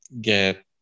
get